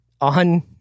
on